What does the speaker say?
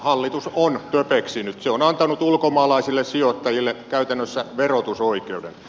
hallitus on töpeksinyt se on antanut ulkomaalaisille sijoittajille käytännössä verotusoikeuden